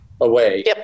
away